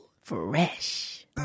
Fresh